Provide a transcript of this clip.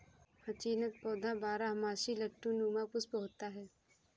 hyacinth पौधा बारहमासी लट्टू नुमा पुष्प होता है